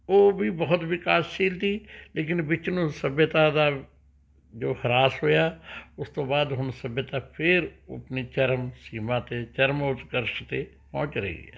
ਉਹ ਵੀ ਬਹੁਤ ਵਿਕਾਸਸ਼ੀਲ ਸੀ ਲੇਕਿਨ ਵਿੱਚ ਨੂੰ ਸੱਭਿਅਤਾ ਦਾ ਜੋ ਹਰਾਸ਼ ਹੋਇਆ ਉਸ ਤੋਂ ਬਾਅਦ ਹੁਣ ਸੱਭਿਅਤਾ ਫਿਰ ਆਪਣੀ ਚਰਮਸੀਮਾ 'ਤੇ ਚਰਮੋਉਸ਼ਕਰਸ਼ 'ਤੇ ਪਹੁੰਚ ਰਹੀ ਹੈ